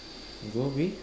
go with